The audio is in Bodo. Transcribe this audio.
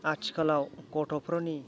आथिखालाव गथ'फोरनि